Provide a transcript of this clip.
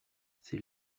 ses